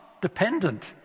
dependent